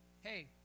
Hey